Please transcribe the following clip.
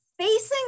facing